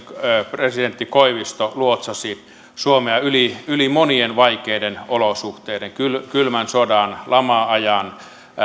presidentti koivisto luotsasi suomea yli yli monien vaikeiden olosuhteiden kylmän sodan lama ajan